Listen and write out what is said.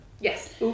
Yes